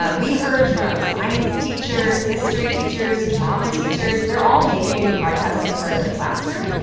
um we heard from science teachers, history teachers, drama teachers. they're all making podcasting a part of their classroom. yeah